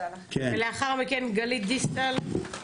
לאחר מכן, חברת הכנסת גלית דיסטל.